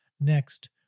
Next